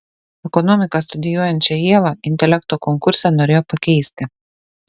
ekonomiką studijuojančią ievą intelekto konkurse norėjo pakeisti